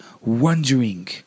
wondering